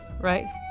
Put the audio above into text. Right